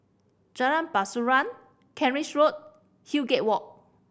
Jalan Pasiran Kent Ridge Road Highgate Walk